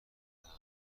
زننده